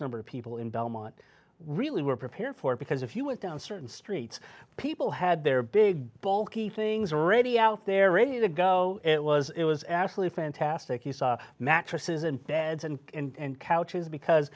number of people in belmont really were prepared for it because if you went down certain streets people had their big bulky things ready out there ready to go it was it was absolutely fantastic you saw mattresses and dads and and couches because